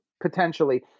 potentially